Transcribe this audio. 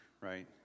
right